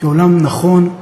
כעולם נכון,